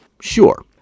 sure